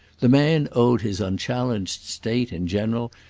the man owed his unchallenged state, in general,